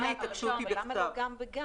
גם אין אפשרות --- אבל למה לא גם וגם?